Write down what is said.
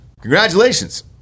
congratulations